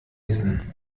wissen